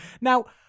Now